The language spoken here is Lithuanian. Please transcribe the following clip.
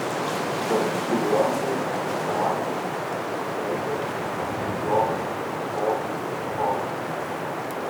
darbščiųjų rankų keramikos dailės dziudo šokių choro